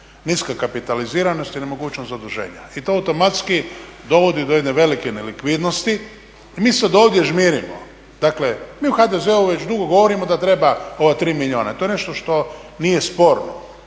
niska kapitaliziranost i nemogućnost zaduženja. I to automatski dovodi do jedne velike nelikvidnosti. I mi sada ovdje žmirimo. Dakle mi u HDZ-u već dugo govorimo da treba ova 3 milijuna, to je nešto što nije sporno